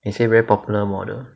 they say very popular model